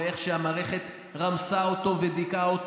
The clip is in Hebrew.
ואיך שהמערכת רמסה אותו ודיכאה אותו